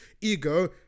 Ego